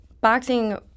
boxing